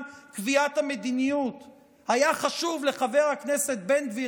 קביעת המדיניות היה חשוב לחבר הכנסת בן גביר,